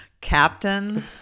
Captain